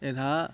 यदा